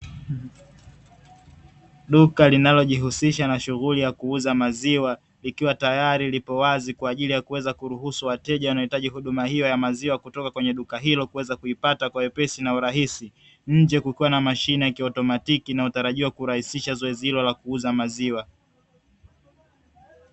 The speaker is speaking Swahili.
Duka linalojihusisha na shughuli ya kuuza maziwa likiwa tayari lipo wazi kwa ajili ya kuweza kuruhusu wateja wanaohitaji huduma hiyo ya maziwa kutoka kwenye duka hilo kuweza kuipata kwa wepesi na urahisi, nje kukiwa na mashine ya kiotomatiki inayotarajiwa kurahisisha zoezi hilo la kuuza maziwa.